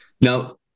Now